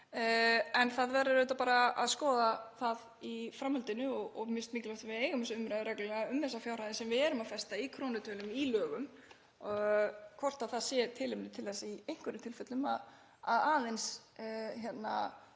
En það verður auðvitað bara að skoða það í framhaldinu og mér finnst mikilvægt að við eigum þessa umræðu reglulega um þessar fjárhæðir sem við erum að festa í krónutölum í lögum, hvort tilefni sé til þess í einhverjum tilfellum að tempra